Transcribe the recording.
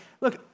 look